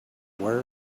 where